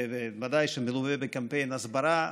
ודאי שמלווה בקמפיין הסברה.